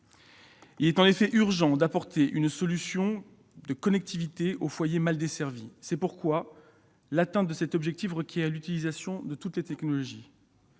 Il est en effet urgent d'apporter une solution de connectivité aux foyers mal desservis. C'est pourquoi l'atteinte de cet objectif requiert l'utilisation de toutes les technologies.